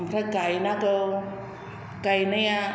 ओमफ्राय गायनांगौ गायनाया